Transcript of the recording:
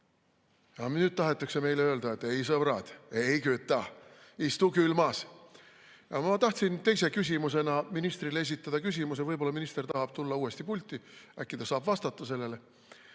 kütta. Nüüd tahetakse meile öelda, et ei, sõbrad, ei küta, istuge külmas. Ma tahtsin teise küsimusena ministrile esitada küsimuse, võib-olla minister tahab tulla uuesti pulti, äkki ta saab vastata sellele.